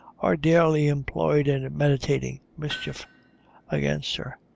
are daily employed in meditating mischief against her,